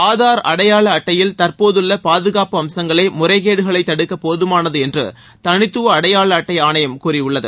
ஆதார் அடையாள அட்டையில் தற்போதுள்ள பாதுகாப்பு அம்சங்களே முறைகேடுகளை தடுக்க போதமானது என்று தனித்துவ அடையாள அட்டை ஆணையம் கூறியுள்ளது